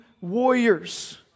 warriors